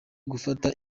gufata